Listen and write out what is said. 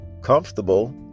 comfortable